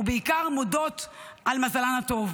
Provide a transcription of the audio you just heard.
ובדרך כלל לא מקטרות, ובעיקר מודות על מזלן הטוב.